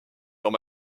dans